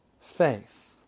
faith